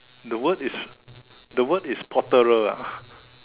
the word is the word is potterer ah